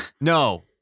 no